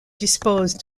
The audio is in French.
dispose